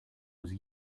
was